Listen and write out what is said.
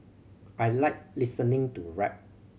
I like listening to rap